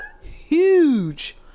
huge